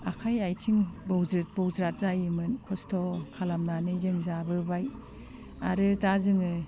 आखाइ आथिं बौज्रित बौज्रात जायोमोन खस्थ' खालामनानै जों जाबोबाय आरो दा जोङो